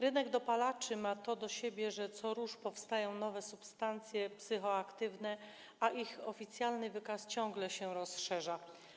Rynek dopalaczy ma to do siebie, że co rusz powstają nowe substancje psychoaktywne, a ich oficjalny wykaz ciągle się wydłuża.